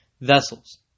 vessels